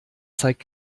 zeigt